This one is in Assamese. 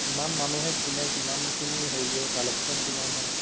কিমান মানুহে কিনে কিমানখিনি হেৰিয়ৰ কালেকশ্যন কিমান হয়